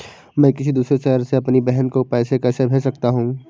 मैं किसी दूसरे शहर से अपनी बहन को पैसे कैसे भेज सकता हूँ?